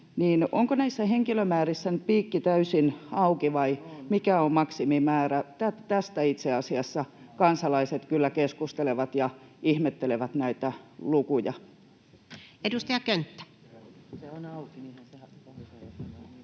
Onko näissä henkilömäärissä nyt piikki täysin auki, vai mikä on maksimimäärä? Tästä itse asiassa kansalaiset kyllä keskustelevat ja ihmettelevät näitä lukuja. [Speech 67] Speaker: Anu